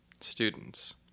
students